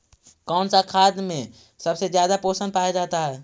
कौन सा खाद मे सबसे ज्यादा पोषण पाया जाता है?